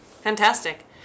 Fantastic